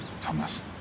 Thomas